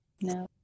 No